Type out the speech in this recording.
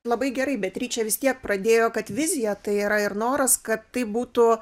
labai gerai beatričė vis tiek pradėjo kad vizija tai yra ir noras kad tai būtų